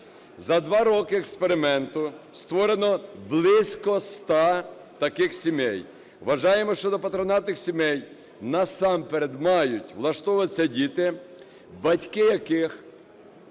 За 2 роки експерименту створено близько 100 таких сімей. Вважаємо, що до патронатних сімей насамперед мають влаштовуватися діти, батьки яких